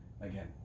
again